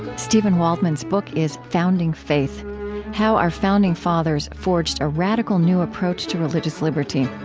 steven waldman's book is founding faith how our founding fathers forged a radical new approach to religious liberty.